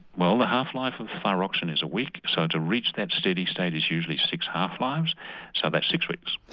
well the half life of thyroxin is a week, so to reach that steady state is usually six half lives so that's six weeks.